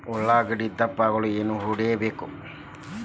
ಉಳ್ಳಾಗಡ್ಡೆ ದಪ್ಪ ಆಗಲು ಏನು ಹೊಡಿಬೇಕು?